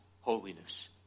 holiness